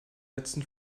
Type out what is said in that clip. letzten